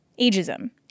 ageism